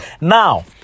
Now